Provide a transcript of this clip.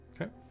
okay